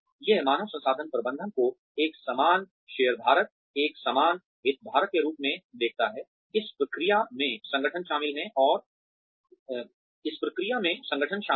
यह मानव संसाधन प्रबंधन को एक समान शेयरधारक एक समान हितधारक के रूप में देखता है इस प्रक्रिया में संगठन शामिल है